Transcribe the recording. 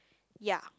ya